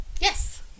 Yes